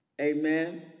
Amen